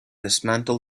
dismantled